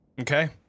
Okay